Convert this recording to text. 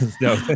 no